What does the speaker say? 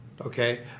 Okay